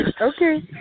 Okay